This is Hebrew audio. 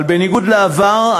אבל בניגוד לעבר,